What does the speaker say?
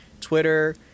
Twitter